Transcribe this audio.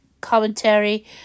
commentary